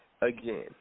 again